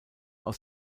aus